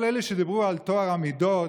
כל אלה שדיברו על טוהר המידות